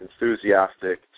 enthusiastic